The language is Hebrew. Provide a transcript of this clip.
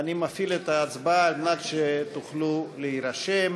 אני מפעיל את ההצבעה כדי שתוכלו להירשם.